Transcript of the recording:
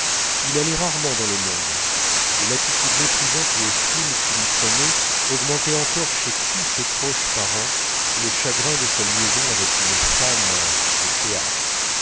il allait rarement dans le monde et l'attitude méprisante ou hostile qu'il y prenait augmentait encore chez tous ses proches parents le chagrin de sa liaison avec une femme de théâtre